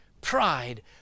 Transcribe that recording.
pride